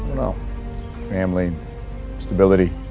know family stability